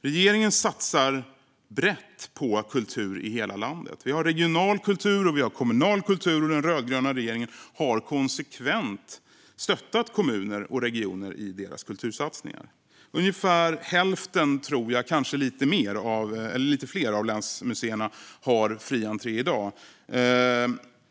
Regeringen satsar brett på kultur i hela landet. Vi har regional kultur och kommunal kultur. Den rödgröna regeringen har konsekvent stöttat kommuner och regioner i deras kultursatsningar. Ungefär hälften - kanske lite fler - av länsmuseerna har fri entré i dag.